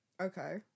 Okay